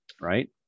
right